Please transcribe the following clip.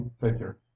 figure